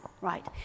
Right